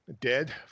dead